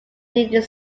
needed